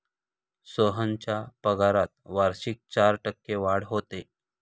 सोहनच्या पगारात वार्षिक चार टक्के वाढ होते